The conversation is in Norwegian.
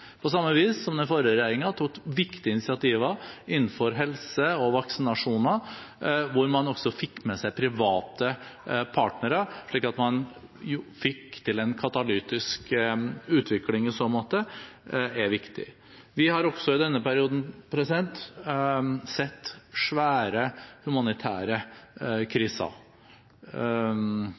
på samme vis som det at den forrige regjeringen tok viktige initiativer innenfor helse og vaksinasjoner, hvor man også fikk med seg private partnere, slik at man fikk til en katalytisk utvikling i så måte, er viktig. Vi har også i denne perioden sett store humanitære kriser.